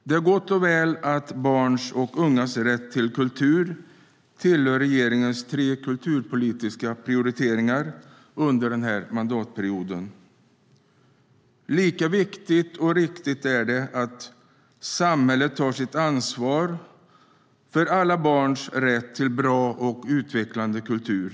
Det är gott och väl att barns och ungas rätt till kultur tillhör regeringens tre kulturpolitiska prioriteringar under den här mandatperioden. Lika viktigt och riktigt är det att samhället tar sitt ansvar för alla barns rätt till bra och utvecklande kultur.